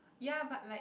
ya but like